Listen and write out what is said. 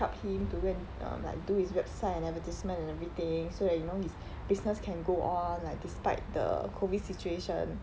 help him to go and um like do his website and advertisement and everything so that you know his business can go on like despite the COVID situation